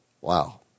Wow